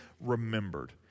remembered